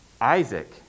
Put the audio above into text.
Isaac